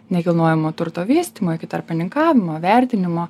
nekilnojamo turto vystymo iki tarpininkavimo vertinimo